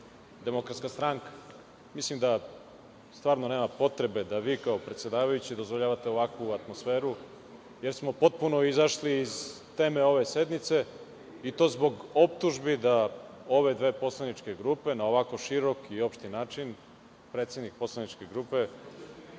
Dosta je bilo i DS. Mislim da stvarno nema potreba da vi kao predsedavajući dozvoljavate ovakvu atmosferu, jer smo potpuno izašli iz teme ove sednice i to zbog optužbi da ove dve poslaničke grupe na ovako širok i opšti način, predsednik poslaničke grupe